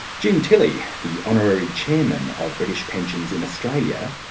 jim tilley, the honorary chairman of british pensions in australia,